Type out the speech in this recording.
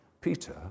Peter